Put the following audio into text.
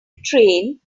train